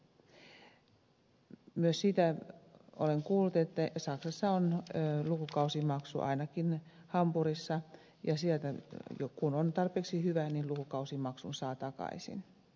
olen myös kuullut että saksassa on lukukausimaksu ainakin hampurissa ja kun on tarpeeksi hyvä lukukausimaksun saa takaisin